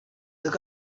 look